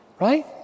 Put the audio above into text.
Right